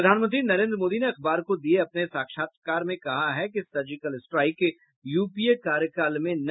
प्रधानमंत्री नरेन्द्र मोदी ने अखबार को दिये अपने साक्षात्कार में कहा है कि सर्जिकल स्ट्राइक यूपीए कार्यकाल में नहीं